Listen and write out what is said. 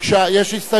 יש הסתייגויות?